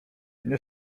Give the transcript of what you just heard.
nie